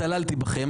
התעללתי בכם,